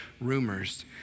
rumors